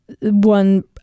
one